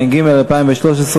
התשע"ג 2013,